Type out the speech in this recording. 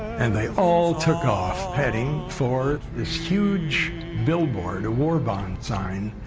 and they all took off heading for this huge billboard, a war bond sign.